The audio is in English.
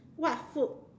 what food